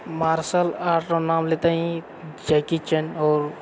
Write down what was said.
martial art रऽ नाम लेते ही जैकी चैन आओर